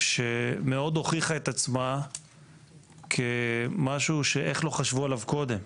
שמאוד הוכיחה את עצמה כמשהו שאיך לא חשבו עליו קודם.